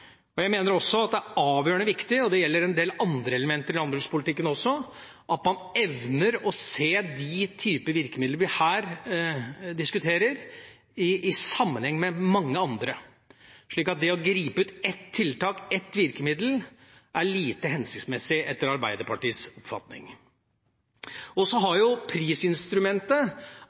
Jeg mener også det er avgjørende viktig, og det gjelder en del andre elementer i landbrukspolitikken også, at man evner å se de virkemidler vi her diskuterer, i sammenheng med mange andre. Så å ta ut ett tiltak, ett virkemiddel, er lite hensiktsmessig etter Arbeiderpartiets oppfatning. Så har prisinstrumentet